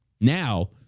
Now